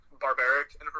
barbaric